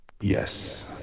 Yes